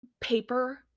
Paper